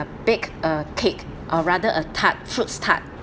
bake a cake or rather a tart fruits tart